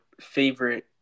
favorite